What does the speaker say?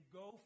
go